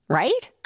right